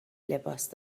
لباس